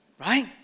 right